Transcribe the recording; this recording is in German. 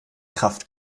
kraft